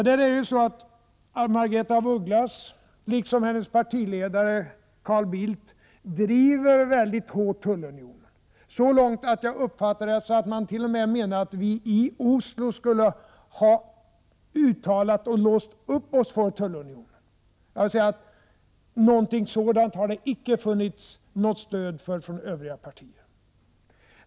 Margaretha af Ugglas liksom hennes partiledare Carl Bildt driver frågan om tullunion mycket hårt, så långt att de t.o.m. menar att vi i Oslo borde ha uttalat oss för och bundit upp oss för tullunionen. Jag vill säga att det inte funnits något stöd för detta hos övriga partier.